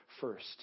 first